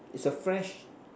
is a fresh